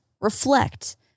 reflect